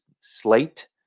slate